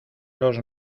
los